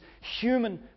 human